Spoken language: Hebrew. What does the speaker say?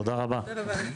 תודה רבה.